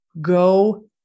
go